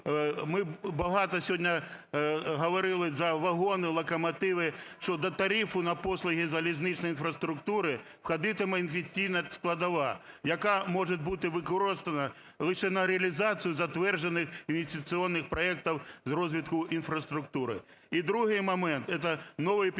ми багато сьогодні говорили за вагони, локомотиви, щодо тарифу на послуги залізничної інфраструктури входитиме інвестиційна складова, яка може бути використана лише на реалізацію затверджених інвестиційних проектів з розвитку інфраструктури. І другий момент – це новий підхід